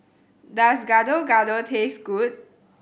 does Gado Gado taste good